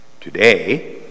Today